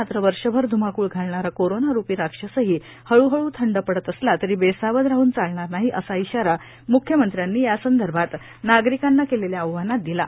मात्र वर्षभर ध्माक्ळ घालणारा कोरोनारूपी राक्षसही हळ्हळ् थंड पडत असला तरी बेसावध राहून चालणार नाही असा इशारा म्ख्यमंत्र्यांनी यासंदर्भात नागरिकांना केलेल्या आवाहनात दिला आहे